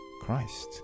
Christ